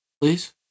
please